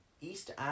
East